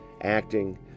acting